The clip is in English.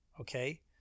okay